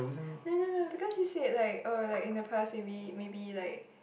no no no because you said like oh like in the past maybe maybe like